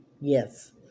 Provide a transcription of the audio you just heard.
Yes